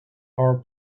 are